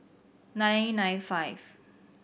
nine nine five